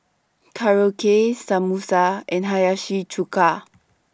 Korokke Samosa and Hiyashi Chuka